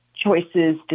choices